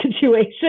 situation